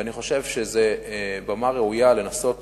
ואני חושב שזאת במה ראויה לנסות